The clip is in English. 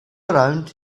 around